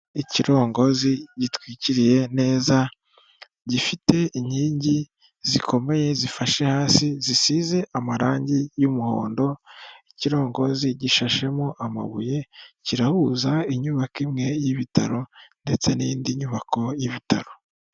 Ikirongozi gitwikiriye neza gifite inkingi zikomeye zifashe hasi zisize amarangi y'umuhondo, ikirongozi gishashemo amabuye, kirahuza inyubako imwe y'ibitaro ndetse n'indi nyubako y'ibitaro.